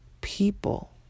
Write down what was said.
people